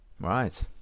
Right